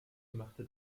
machte